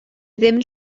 ddim